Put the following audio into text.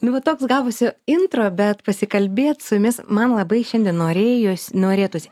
nu va toks gavosi intro bet pasikalbėt su jumis man labai šiandien norėjos norėtųsi